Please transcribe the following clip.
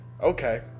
okay